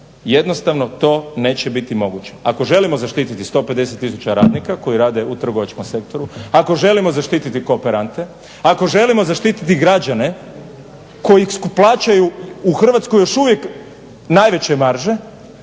Jednostavno to neće biti moguće. Ako želimo zaštititi 150 tisuća radnika koji rade u trgovačkom sektoru, ako želimo zaštititi kooperante, ako želimo zaštititi građane koji plaćaju u Hrvatskoj još uvijek najveće marže